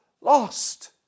lost